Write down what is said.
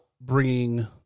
bringing –